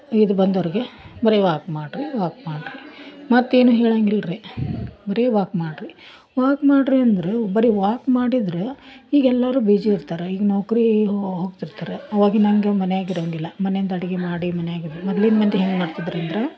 ಇದು ಬಂದವ್ರ್ಗೆ ಬರೇ ವಾಕ್ ಮಾಡ್ರಿ ವಾಕ್ ಮಾಡ್ರಿ ಮತ್ತೇನು ಹೇಳಂಗೆ ಇಲ್ರಿ ಬರೇ ವಾಕ್ ಮಾಡ್ರಿ ವಾಕ್ ಮಾಡ್ರಿ ಅಂದರು ಬರೇ ವಾಕ್ ಮಾಡಿದರೆ ಈಗೆಲ್ಲರು ಬಿಝಿ ಇರ್ತಾರೆ ಈಗ ನೌಕ್ರಿ ಹೋಗ್ತಿರ್ತಾರೆ ಆವಾಗಿನಂಗೆ ಮನೆಯಾಗೆ ಇರಂಗಿಲ್ಲ ಮನೆಯಿಂದ ಅಡಿಗೆ ಮಾಡಿ ಮನೆಯಾಗೆ ಮೊದ್ಲಿನ ಮಂದಿ ಹೆಂಗೆ ಮಾಡ್ತಿದ್ರಂದ್ರೆ